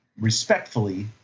respectfully